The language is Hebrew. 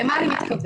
למה אני מתכוונת?